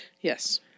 Yes